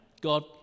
God